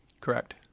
Correct